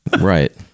right